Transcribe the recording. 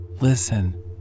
Listen